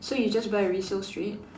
so you just buy resale straight